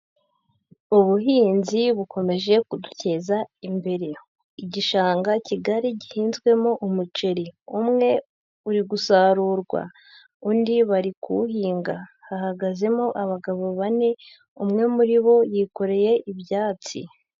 Ubuhinzi bukomeje kuduteza imbere, igishanga kigari gihinzwemo umuceri, umwe uri gusarurwa undi bari kuwuhinga hahagazemo abagabo bane, umwe muri bo yikoreye ibyatsi.